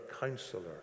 counselor